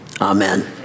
Amen